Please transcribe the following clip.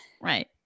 Right